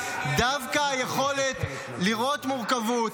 דווקא היכולת לראות מורכבות,